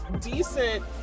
decent